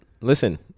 listen